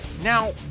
Now